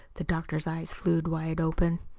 the doctor's eyes flew wide open.